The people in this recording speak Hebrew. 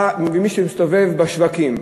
מי שמסתובב בשווקים,